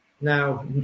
now